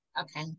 Okay